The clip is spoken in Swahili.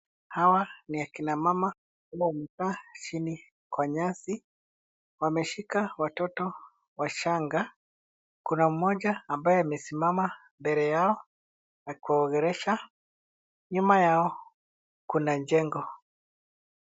Hawa ni akina mama ambao wamekaa chini kwa nyasi. Wameshika watoto wa.changaKuna mmoja amesimama mbele yao akiwaongelesha. Nyuma yao kuna jengo.